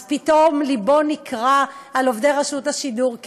אז פתאום לבו נקרע על עובדי רשות השידור.